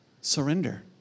Surrender